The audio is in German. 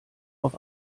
auf